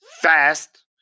fast